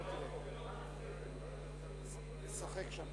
לא מעשה יהודי,